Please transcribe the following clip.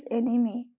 enemy